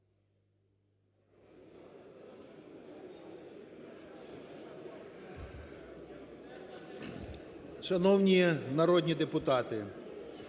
Шановні народні депутати!